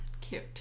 Cute